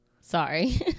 Sorry